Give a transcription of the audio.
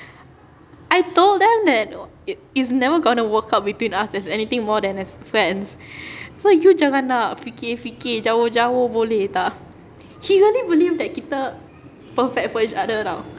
I told them that it is never going to work out between us as anything more than as friends so you jangan nak fikir-fikir jauh-jauh boleh tak he really believe that kita perfect for each other [tau]